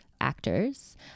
actors